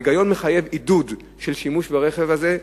ההיגיון מחייב עידוד של שימוש ברכב הזה.